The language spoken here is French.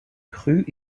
crues